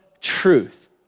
truth